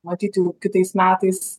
matyt jau kitais metais